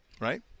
Right